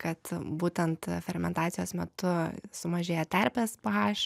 kad būtent fermentacijos metu sumažėja terpės pėhaš